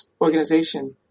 Organization